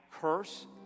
curse